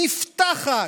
נפתחת.